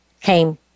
came